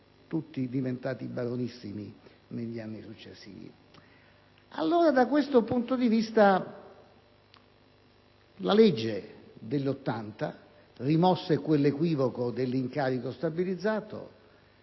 tutti diventati baronissimi negli anni successivi. Da questo punto di vista la legge dell'80 rimosse quell'equivoco dell'incaricato stabilizzato,